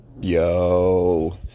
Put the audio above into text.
Yo